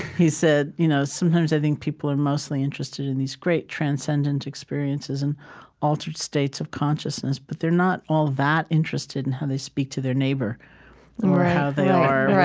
he said, you know sometimes i think people are mostly interested in these great transcendent experiences and altered states of consciousness, but they're not all that interested in how they speak to their neighbor or how they are